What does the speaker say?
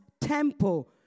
temple